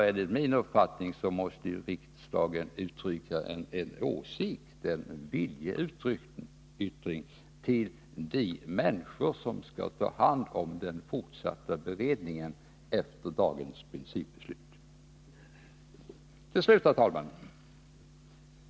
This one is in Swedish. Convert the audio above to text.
Enligt min uppfattning måste riksdagen uttrycka en åsikt och göra en viljeyttring till de människor som skall ta hand om den fortsatta beredningen efter dagens principbeslut. Herr talman!